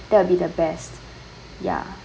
that will be the best ya